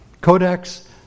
Codex